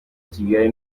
kigali